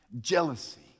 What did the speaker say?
Jealousy